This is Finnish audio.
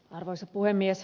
arvoisa puhemies